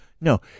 no